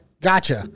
Gotcha